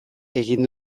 egin